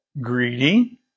Greedy